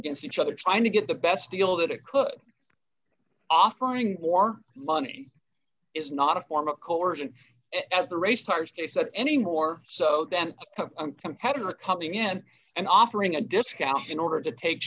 against each other trying to get the best deal that it could offering more money is not a form of coercion as the race tires case of any more so than a competitor coming in and offering a discount in order to take